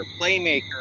playmaker